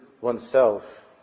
oneself